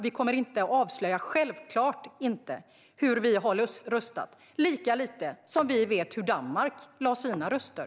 Vi kommer självklart inte att avslöja hur vi har röstat, lika lite som vi vet hur Danmark lade sina röster.